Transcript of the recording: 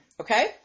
Okay